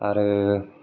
आरो